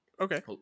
Okay